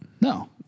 No